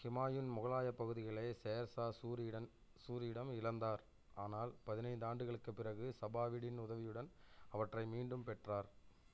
ஹுமாயூன் முகலாயப் பகுதிகளை ஷேர் ஷா சூரியிடம் சூரியிடம் இலந்தார் ஆனால் பதினைந்து ஆண்டுகளுக்குப் பிறகு சஃபாவிடின் உதவியுடன் அவற்றை மீண்டும் பெற்றார்